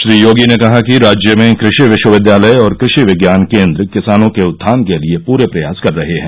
श्री योगी ने कहा कि राज्य में कृषि विश्वविद्यालय और कृषि विज्ञान केंद्र किसानों के उत्थान के लिए पूरे प्रयास कर रहे हैं